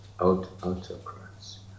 autocrats